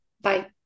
Bye